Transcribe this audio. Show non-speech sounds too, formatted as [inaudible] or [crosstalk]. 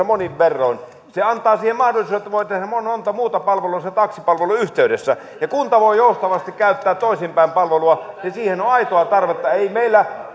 [unintelligible] monin verroin se antaa siihen mahdollisuuden että voi tehdä monta muuta palvelua sen taksipalvelun yhteydessä ja kunta voi joustavasti käyttää palvelua toisinpäin ja siihen on aitoa tarvetta ei meillä [unintelligible]